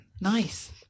Nice